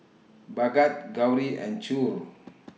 Bhagat Gauri and Choor